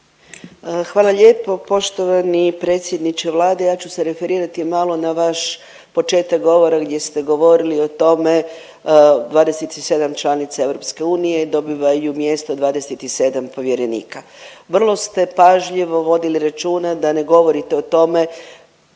Hvala lijep poštovani predsjedniče Vlade. Ja ću se referirati malo na vaš početak govora gdje ste govorili o tome, 27 članica EU dobivaju mjesto 27 povjerenika. Vrlo ste pažljivo vodili računa da ne govorite o tome,